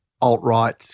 alt-right